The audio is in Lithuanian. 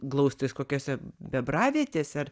glaustis kokiose bebravietėse ar